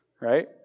right